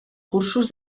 cursos